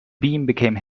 became